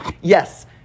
yes